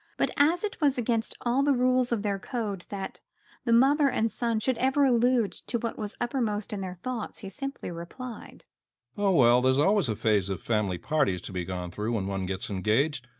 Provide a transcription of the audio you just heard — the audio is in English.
but, as it was against all the rules of their code that the mother and son should ever allude to what was uppermost in their thoughts, he simply replied oh, well, there's always a phase of family parties to be gone through when one gets engaged,